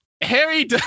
Harry